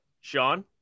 Sean